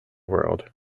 world